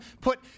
put